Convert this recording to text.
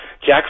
Jack